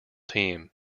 team